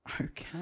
Okay